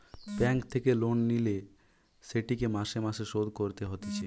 bank থেকে loan লিলে সেটিকে মাসে মাসে শোধ করতে হতিছে